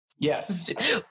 Yes